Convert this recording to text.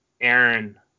Aaron